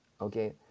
Okay